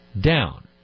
down